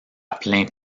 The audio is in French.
plein